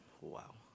Wow